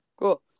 cool